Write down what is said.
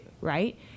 right